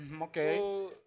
Okay